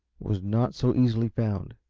was not so easily found.